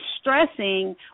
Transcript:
stressing